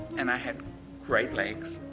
and i had great legs,